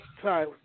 sorry